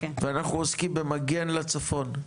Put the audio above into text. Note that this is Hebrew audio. ואנחנו עוסקים במגן לצפון.